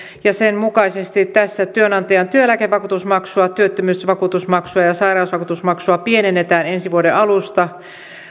ja sen mukaisesti tässä työnantajan työeläkevakuutusmaksua työttömyysvakuutusmaksua ja sairausvakuutusmaksua pienennetään ensi vuoden alusta